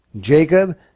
Jacob